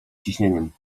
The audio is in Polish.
ciśnieniem